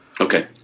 Okay